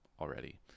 already